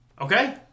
okay